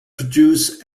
produce